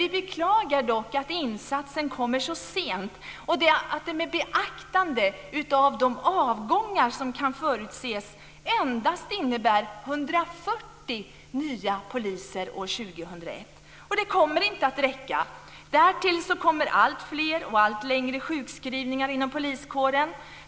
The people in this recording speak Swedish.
Vi beklagar dock att insatsen kommer så sent och att det med beaktande av de avgångar som kan förutses endast innebär 140 nya poliser år 2001. Detta kommer inte att räcka. Därtill kommer alltfler och allt längre sjukskrivningar inom poliskåren.